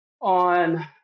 on